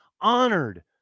honored